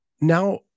now